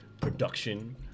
production